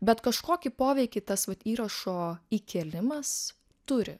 bet kažkokį poveikį tas vat įrašo įkėlimas turi